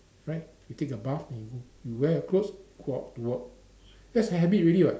right you take a bath and you you wear your clothes go out to work that's a habit already what